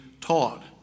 taught